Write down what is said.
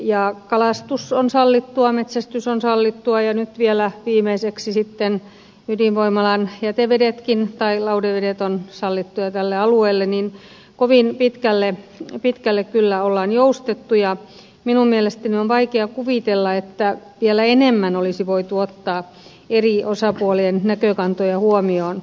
kun kalastus on sallittua metsästys on sallittua ja nyt vielä viimeiseksi sitten ydinvoimalan jätevedetkin tai lauhdevedet ovat sallittuja tälle alueelle niin kovin pitkälle kyllä on joustettu ja minun mielestäni on vaikea kuvitella että vielä enemmän olisi voitu ottaa eri osapuolien näkökantoja huomioon